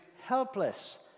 helpless